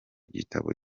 gitabo